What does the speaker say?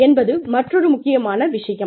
என்பது மற்றொரு முக்கியமான விஷயம்